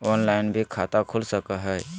Online भी खाता खूल सके हय?